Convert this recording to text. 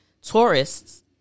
tourists